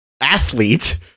athlete